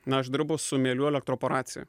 na aš dirbau su mielių elektroporacija